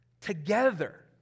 together